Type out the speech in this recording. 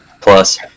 Plus